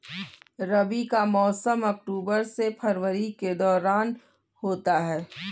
रबी का मौसम अक्टूबर से फरवरी के दौरान होता है